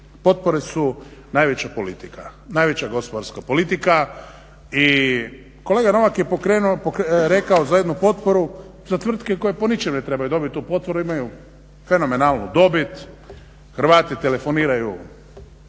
potpore su najveća gospodarska politika i kolega Novak je rekao za jednu potporu za tvrtke koje po ničem ne trebaju dobiti tu potporu, imaju fenomenalnu dobit, Hrvati telefoniraju